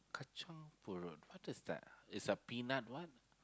Kacang-Pool what is that ah is a peanut what